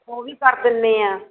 ਉਹ ਵੀ ਕਰ ਦਿੰਦੇ ਹਾਂ